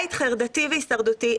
בית חרדתי והישרדותי.